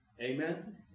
Amen